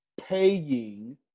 paying